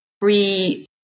free